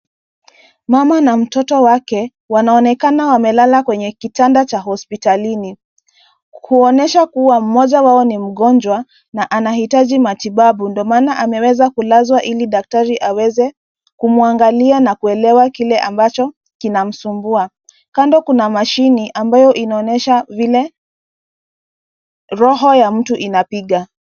Mama na mtoto wake wanaonekana wamelala kwenye kitanda cha hospitalini kuonyesha kuwa mmoja wao ni mgonjwa na anahitaji matibabu ndo maana ameweza kulazwa ili daktari aweze kumwangalia na kuelewa kile ambacho kinamsumbua. Kando kuna mashine ambayo inaonyesha vile roho ya mtu inapiga.